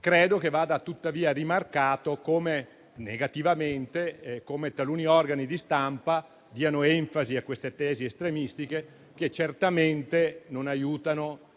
Credo che vada tuttavia rimarcato negativamente come taluni organi di stampa diano enfasi a tesi estremistiche che certamente non aiutano